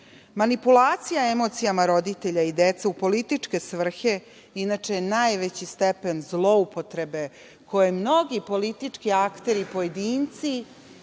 desilo. Manipulacija emocijama roditelja i dece u političke svrhe je najveći stepen zloupotrebe koje mnogi politički akteri i pojedinci